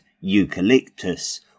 eucalyptus